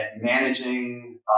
managing